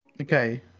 Okay